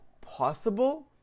possible